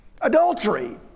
Adultery